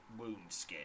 Woundskin